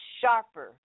sharper